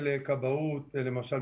חוקים ותקנות של כבאות, למשל,